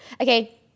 okay